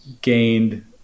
gained